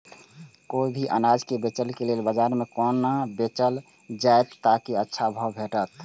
कोय भी अनाज के बेचै के लेल बाजार में कोना बेचल जाएत ताकि अच्छा भाव भेटत?